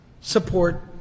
support